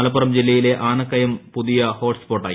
മലപ്പുറം ജില്ലയിലെ ആനക്കയം പുതിയ ഹോട്സ് സ്പോട്ടായി